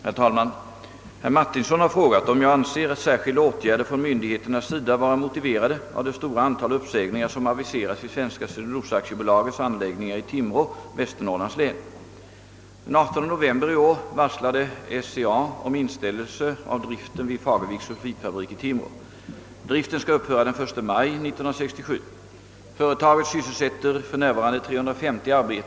Herr talman! Herr Martinsson har frågat om jag anser särskilda åtgärder från myndigheternas sida vara motiverade av det stora antal uppsägningar, som aviserats vid Svenska Cellulosa Aktiebolagets anläggningar i Timrå, Västernorrlands län.